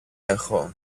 έχω